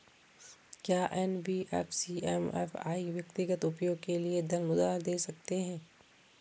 क्या NBFC MFI व्यक्तिगत उपयोग के लिए धन उधार दें सकते हैं?